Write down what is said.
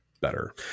better